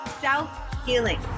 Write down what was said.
self-healing